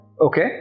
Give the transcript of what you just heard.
Okay